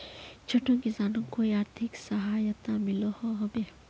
छोटो किसानोक कोई आर्थिक सहायता मिलोहो होबे?